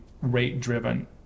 rate-driven